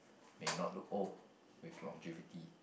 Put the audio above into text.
may not look old with longevity